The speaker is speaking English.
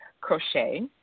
crochet